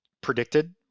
predicted